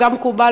גם מקובל,